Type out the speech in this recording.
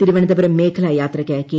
തിരുവനന്തപുരം മേഖലാ യാത്രയ്ക്ക് കെ